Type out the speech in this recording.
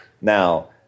Now